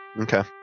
Okay